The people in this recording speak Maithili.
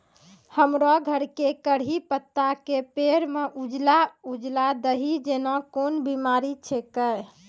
हमरो घर के कढ़ी पत्ता के पेड़ म उजला उजला दही जेना कोन बिमारी छेकै?